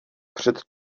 před